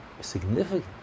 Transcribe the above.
significant